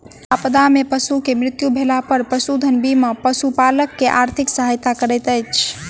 आपदा में पशु के मृत्यु भेला पर पशुधन बीमा पशुपालक के आर्थिक सहायता करैत अछि